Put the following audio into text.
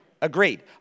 agreed